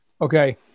Okay